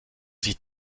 sich